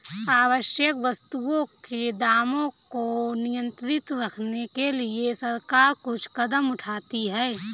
आवश्यक वस्तुओं के दामों को नियंत्रित रखने के लिए सरकार कुछ कदम उठाती है